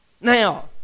now